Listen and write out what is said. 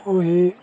ऊही